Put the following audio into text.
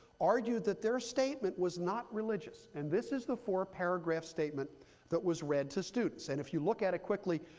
argued that their statement was not religious. and this is the four paragraph statement that was read to students. and if you look at it quickly,